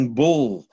bull